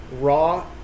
raw